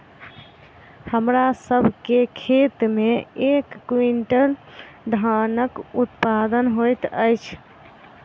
हमरा सभ के खेत में एक क्वीन्टल धानक उत्पादन होइत अछि